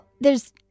there's-